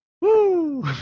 Woo